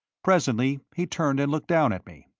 presently he turned and looked down at me.